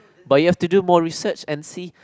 but you have to do more research and see